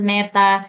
Meta